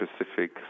specific